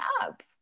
up